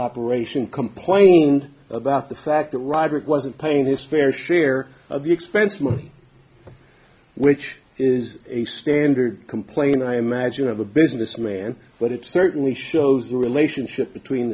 operation complained about the fact that roderick wasn't paying his fair share of the expense money which is a standard complain i imagine of a businessman but it certainly shows the relationship between